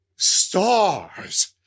Stars